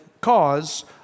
cause